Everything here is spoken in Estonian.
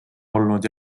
olnud